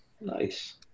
Nice